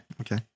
Okay